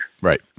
Right